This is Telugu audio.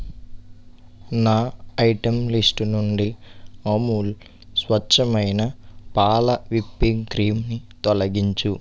నా ఐటెం లిస్ట్ నుండి అమూల్ స్వచ్ఛమైన పాల విప్పింగ్ క్రీంని తొలగించుము